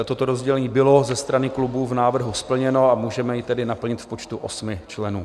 Toto rozdělení bylo ze strany klubů v návrhu splněno a můžeme jej tedy naplnit v počtu 8 členů.